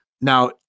Now